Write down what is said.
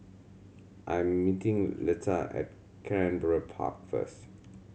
I am meeting Letta at Canberra Park first